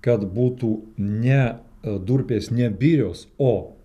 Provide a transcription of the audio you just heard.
kad būtų ne durpės ne birios o